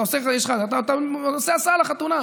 אתה עושה הסעה לחתונה.